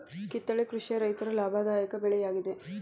ಕಿತ್ತಳೆ ಕೃಷಿಯ ರೈತರು ಲಾಭದಾಯಕ ಬೆಳೆ ಯಾಗಿದೆ